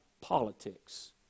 politics